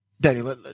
Danny